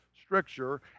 stricture